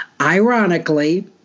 Ironically